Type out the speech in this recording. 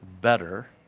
better